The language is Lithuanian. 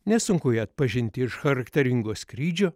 nesunku jį atpažinti iš charakteringo skrydžio